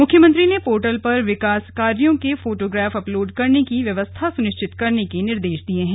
मुख्यमंत्री ने पोर्टल पर विकास कार्यों के फोटोग्राफ अपलोड़ करने की व्यवस्था सुनिश्चित करने के निर्देश दिए हैं